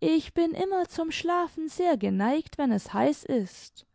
ich bin immer zum schlafen sehr geneigt wenn es heiß ist